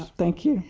thank you.